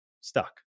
stuck